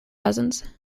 cousins